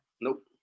Nope